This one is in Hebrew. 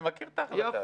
אני מכיר את ההחלטה.